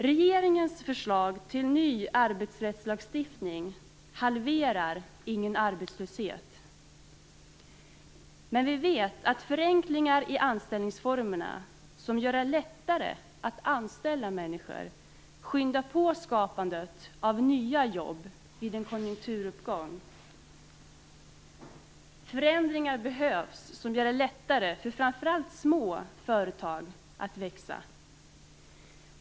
Regeringens förslag till ny arbetsrättslagstiftning halverar ingen arbetslöshet, men vi vet att förenklingar i anställningsformerna som gör det lättare att anställa människor skyndar på skapandet av nya jobb vid en konjunkturuppgång. Förändringar behövs som gör det lättare för framför allt små företag att växa.